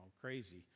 crazy